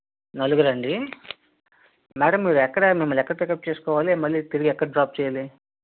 నలుగురండి madam మీరు ఎక్కడ మిమ్మల్ని ఎక్కడ పిక్ అప్ చేసుకోవాలి మళ్ళీ తిరిగి ఎక్కడ డ్రాప్ చెయ్యాలి